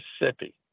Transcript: Mississippi